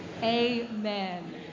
amen